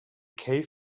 cave